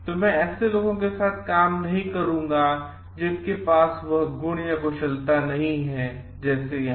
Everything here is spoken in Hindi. मैं ऐसे लोगों के साथ काम नहीं करूंगा जिनके पास वह गुण या कुशलता नहीं है जैसे यहाँ